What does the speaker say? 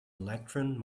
electron